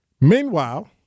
Meanwhile